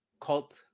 cult